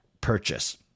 purchase